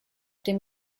dem